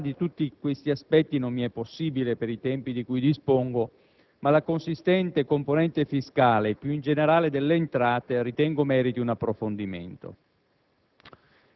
Trattare di tutti questi aspetti non mi è possibile, per i tempi di cui dispongo, ma la consistente componente fiscale, e più in generale delle entrate, ritengo meriti un approfondimento.